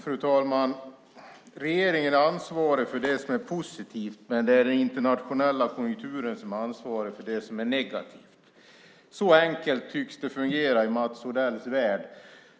Fru talman! Regeringen är ansvarig för det som är positivt, men det är den internationella konjunkturen som är ansvarig för det som är negativt. Så enkelt tycks det fungera i Mats Odells värld.